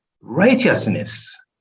righteousness